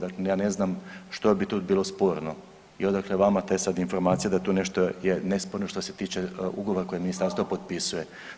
Dakle, ja ne znam što bi tu bilo sporno i odakle vama te sad informacije da tu nešto je nesporno što se tiče ugovora koje ministarstvo potpisuje.